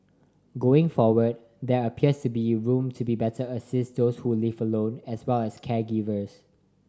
going forward there appears to be room to better assist those who live alone as well as caregivers